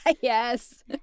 Yes